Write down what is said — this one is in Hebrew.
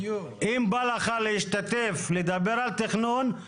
אם בא לך להשתתף לדבר על תכנון,